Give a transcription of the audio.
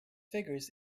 figures